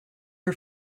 for